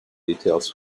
details